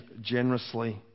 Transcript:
generously